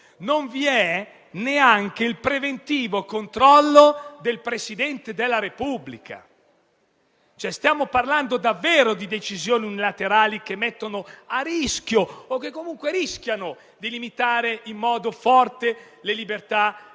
Non vi è neanche il preventivo controllo del Presidente della Repubblica. Stiamo parlando, cioè, davvero di decisioni unilaterali che mettono a rischio, o che comunque rischiano di limitare in modo forte le libertà